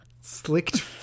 Slicked